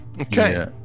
Okay